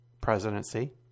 presidency